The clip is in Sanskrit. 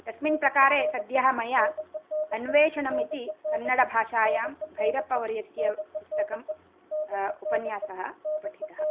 तस्मिन् प्रकारे सद्यः मया अन्वेषणम् इति कन्नडभाषायां भैरप्पावर्यस्य पुस्तकं उपन्यासः पठितः